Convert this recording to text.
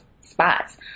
spots